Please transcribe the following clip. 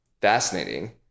fascinating